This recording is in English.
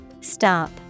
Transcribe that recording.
Stop